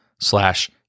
slash